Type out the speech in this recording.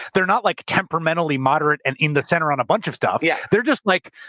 they're not like temperamentally moderate and in the center on a bunch of stuff, yeah they're just like,